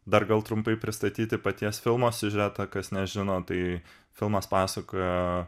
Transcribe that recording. dar gal trumpai pristatyti paties filmo siužetą kas nežino tai filmas pasakoja